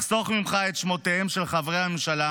אחסוך ממך את שמותיהם של חברי הממשלה